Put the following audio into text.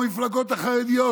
המפלגות החרדיות,